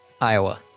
Iowa